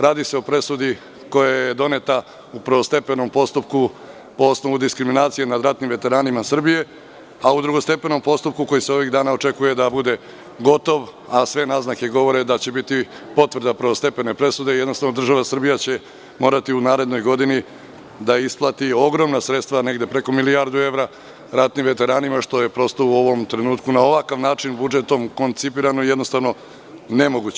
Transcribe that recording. Radi se o presudi koja je doneta u prvostepenom postupku, po osnovu diskriminacije nad ratnim veteranima Srbije, a u drugostepenom postupku, koji se ovih dana očekuje da bude gotov, a sve naznake govore da će biti potvrda prvostepene presude, jednostavno država Srbija će morati u narednoj godini da isplati ogromna sredstva, negde preko milijardu evra ratnim veteranima, što je u ovom trenutku, na ovakav način budžetom koncipirano i nemoguće.